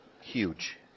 Huge